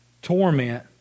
torment